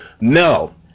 no